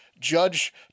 Judge